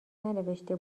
ننوشته